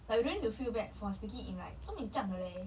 like we don't need to feel bad for speaking in like 这么这样了 leh